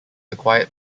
acquired